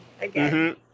Again